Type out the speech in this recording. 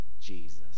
Jesus